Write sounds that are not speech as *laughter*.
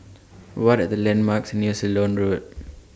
*noise* What Are The landmarks near Ceylon Road